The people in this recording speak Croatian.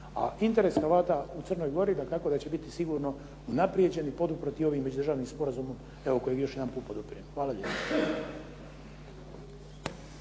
A interes Hrvata u Crnoj Gori dakako da će biti sigurno unaprijeđeni i poduprti ovim već državnim sporazumom evo kojeg još jedanput podupirem. Hvala lijepo.